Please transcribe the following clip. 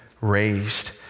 raised